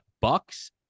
Bucks